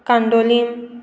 Candolim